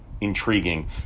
intriguing